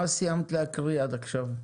מה סיימת להקריא עד עכשיו?